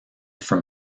from